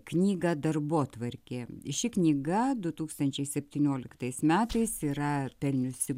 knygą darbotvarkė ši knyga du tūkstančiai septynioliktais metais yra pelniusi